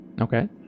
Okay